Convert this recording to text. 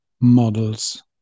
models